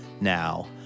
now